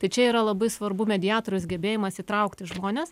tai čia yra labai svarbu mediatoriaus gebėjimas įtraukti žmones